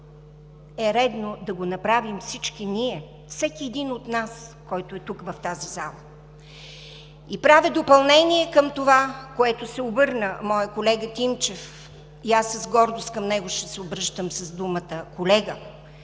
е редно да го направим всички ние, всеки един от нас, който е тук в тази зала. Правя допълнение към това, с което се обърна моят колега Тимчев – и аз с гордост към него ще се обръщам с думата „колега“.